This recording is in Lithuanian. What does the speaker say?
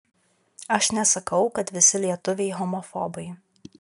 aš nesakau kad visi lietuviai homofobai